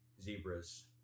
zebras